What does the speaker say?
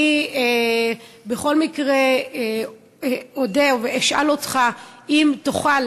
אני בכל מקרה אשאל אותך אם תוכל